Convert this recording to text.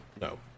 no